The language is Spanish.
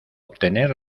obtener